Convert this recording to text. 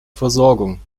versorgung